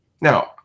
Now